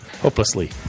hopelessly